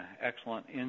excellent